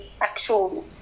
actual